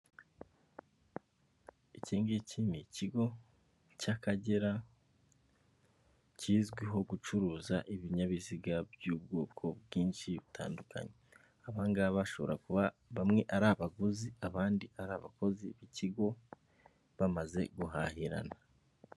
Iki ngiki ni kigo cy'Akagera kizwiho gucuruza ibinyabiziga by'ubwoko bwinshi butandukanye, aba ngaba bashobora kuba bamwe ari abaguzi abandi ari abakozi b'ikigo bamaze guhahirana.